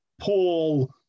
Paul